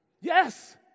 Yes